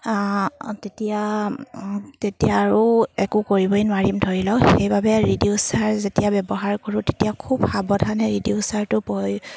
তেতিয়া তেতিয়া আৰু একো কৰিবই নোৱাৰিম ধৰি লওক সেইবাবে ৰিডিউচাৰ যেতিয়া ব্যৱহাৰ কৰোঁ তেতিয়া খুব সাৱধানে ৰিডিউচাৰটো